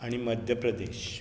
आनी मध्यप्रदेश